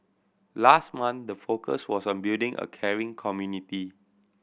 last month the focus was on building a caring community